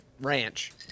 ranch